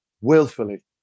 willfully